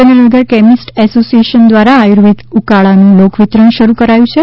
Surendranagar chemist association દ્વારા આયુર્વેદિક ઉકાળાનું લોક વિતરણ શરૂ કરાયું છે